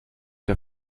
der